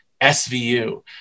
SVU